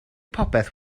popeth